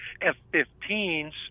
f-15s